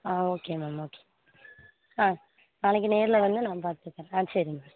ஆ okay ma'am okay ஆ நாளைக்கு நேரில் வந்து நான் பார்த்துக்கிறேன் ஆ சரிங்க